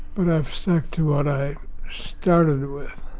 but i've stuck to what i started with,